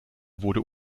wurde